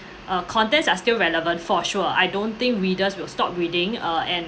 uh contents are still relevant for sure I don't think readers will stop reading uh and